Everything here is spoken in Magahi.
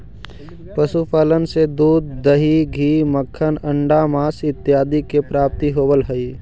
पशुपालन से दूध, दही, घी, मक्खन, अण्डा, माँस इत्यादि के प्राप्ति होवऽ हइ